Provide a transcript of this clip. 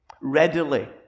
readily